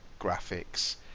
graphics